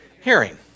hearing